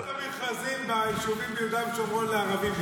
שיפתח את המכרזים ביישובים ביהודה ושומרון לערבים,